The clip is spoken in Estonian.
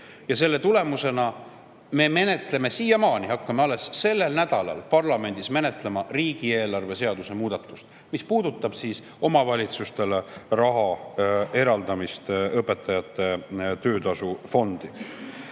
Selle tulemusena me menetleme siiamaani, hakkame alles sellel nädalal parlamendis menetlema riigieelarve seaduse muutmist, mis puudutab omavalitsustele raha eraldamist õpetajate töötasu fondi.